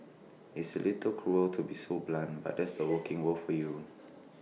it's A little cruel to be so blunt but that's the working world for you